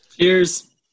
Cheers